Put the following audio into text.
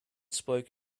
spoke